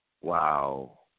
Wow